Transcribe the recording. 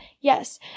Yes